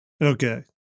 Okay